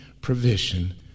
provision